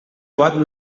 pot